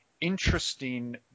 interesting